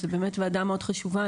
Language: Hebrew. זו באמת ועדה מאוד חשובה.